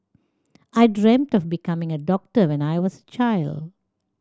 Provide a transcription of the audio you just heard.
I dreamt of becoming a doctor when I was a child